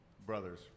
brothers